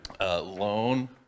loan